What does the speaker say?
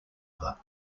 other